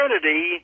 Trinity